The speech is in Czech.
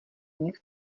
nic